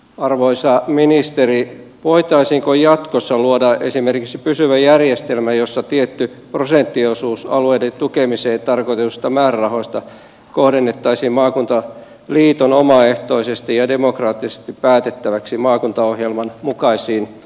arvoisa ministeri voitaisiinko jatkossa luoda esimerkiksi pysyvä järjestelmä jossa tietty prosenttiosuus alueiden tukemiseen tarkoitetuista määrärahoista kohdennettaisiin maakuntaliiton omaehtoisesti ja demokraattisesti päätettäväksi maakuntaohjelman mukaisiin käyttötarkoituksiin